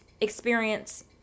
experience